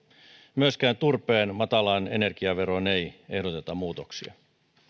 myöskään turpeen matalaan energiaveroon ei ehdoteta muutoksia